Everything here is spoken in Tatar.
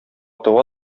тыга